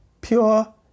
Pure